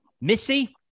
Missy